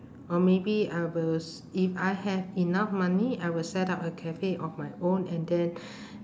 or maybe I will s~ if I have enough money I will set up a cafe of my own and then